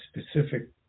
specific